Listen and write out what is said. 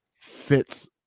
fits